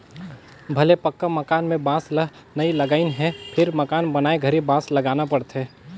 भले पक्का मकान में बांस ल नई लगईंन हे फिर मकान बनाए घरी बांस लगाना पड़थे